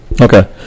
Okay